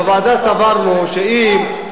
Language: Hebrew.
בוועדה סברנו שאם,